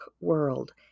world